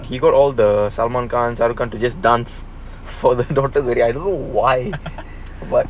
he got all the someone guns other guns to just dance for the daughter really I don't know why what